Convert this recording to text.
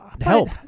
help